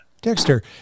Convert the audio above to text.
Dexter